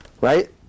Right